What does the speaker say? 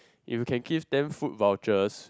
if you can give them food vouchers